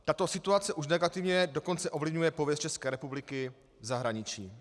Tato situace už negativně dokonce ovlivňuje pověst České republiky v zahraničí.